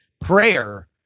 prayer